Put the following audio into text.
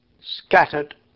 scattered